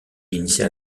initia